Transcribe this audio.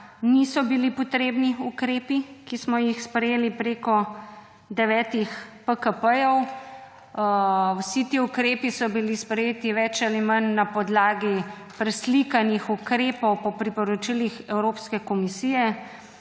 niso bili potrebni ukrepi, ki smo jih sprejeli preko devetih PKP. Vsi ti ukrepi so bili sprejeti več ali manj na podlagi preslikanih ukrepov po priporočilih Evropske komisije.